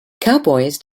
cowboys